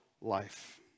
life